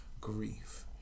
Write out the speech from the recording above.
grief